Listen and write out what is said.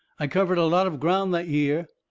i covered a lot of ground that year,